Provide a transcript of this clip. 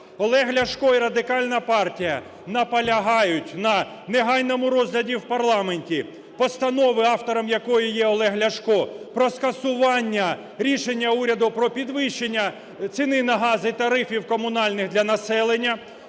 Олег Ляшко і Радикальна партія наполягають на негайному розгляді в парламенті постанови, автором якої є Олег Ляшко, про скасування рішення уряду про підвищення ціни на газ і тарифів комунальних для населення;